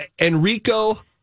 Enrico